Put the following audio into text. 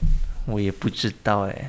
我也不知道诶